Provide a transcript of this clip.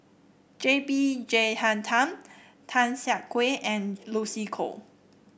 J B Jeyaretnam Tan Siah Kwee and Lucy Koh